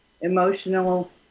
emotional